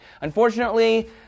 Unfortunately